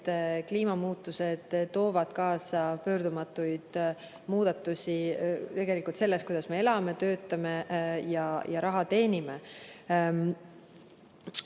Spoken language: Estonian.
kliimamuutused toovad kaasa pöördumatuid muudatusi selles, kuidas me elame, töötame ja raha teenime.